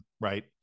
right